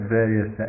various